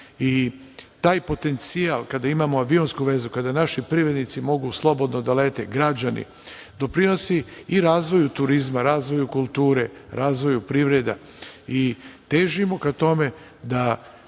i taj potencijal kada imamo avionsku vezu, kada naši privrednici mogu slobodno da lete, građani doprinosi i razvoju turizma, razvoju kulture, razvoju privreda i težimo ka tome da